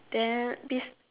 there this